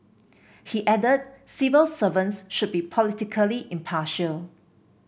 he added civil servants should be politically impartial